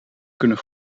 kunnen